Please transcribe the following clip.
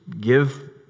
give